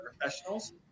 professionals